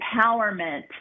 empowerment